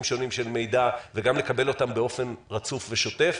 שונים של מידע וגם לקבל אותם באופן רצוף ושוטף.